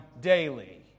daily